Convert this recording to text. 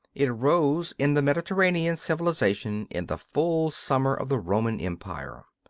it arose in the mediterranean civilization in the full summer of the roman empire.